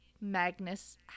Magnus